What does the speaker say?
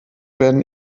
werden